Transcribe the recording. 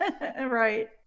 Right